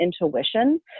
intuition